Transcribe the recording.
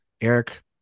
Eric